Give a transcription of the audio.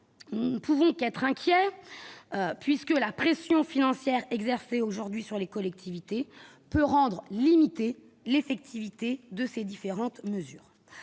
nous ne pouvons qu'être inquiets, puisque la pression financière exercée aujourd'hui sur les collectivités peut en limiter l'effectivité. Enfin, la